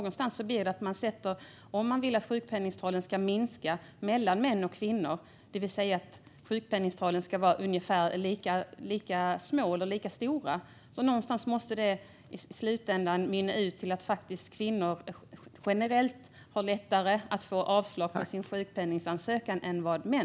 Om man vill att skillnaden i sjukpenningtal ska minska mellan män och kvinnor, det vill säga att sjukpenningtalen ska vara ungefär lika små eller lika stora, måste det i slutändan mynna ut i att kvinnor generellt sett oftare får avslag på sin sjukpenningsansökan än män.